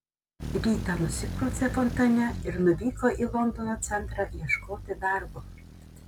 rytą nusiprausė fontane ir nuvyko į londono centrą ieškoti darbo